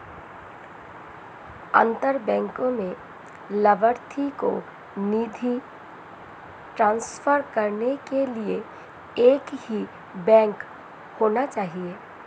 अंतर बैंक में लभार्थी को निधि ट्रांसफर करने के लिए एक ही बैंक होना चाहिए